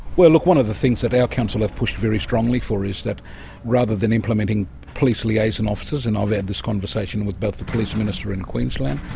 well look, one of the things that our council have pushed very strongly for is that rather than implementing police liaison officers, and i've had this conversation with both the police minister in queensland,